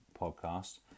podcast